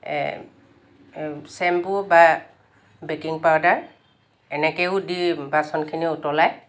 shampoo বা baking powder এনেকৈও দি বাচনখিনি উতলাই